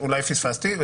אולי פספסתי,